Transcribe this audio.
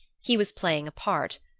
he was playing a part,